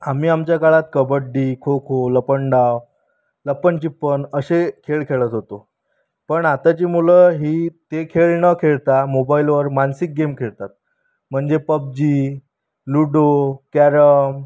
आम्ही आमच्या काळात कबड्डी खोखो लपंडाव लपणछिप्पन असे खेळ खेळत होतो पण आत्ताची मुलं ही ते खेळ न खेळता मोबाईलवर मानसिक गेम खेळतात म्हणजे पबजी लुडो कॅरम